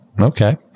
Okay